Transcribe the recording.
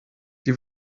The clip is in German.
die